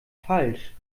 falsch